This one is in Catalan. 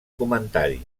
comentaris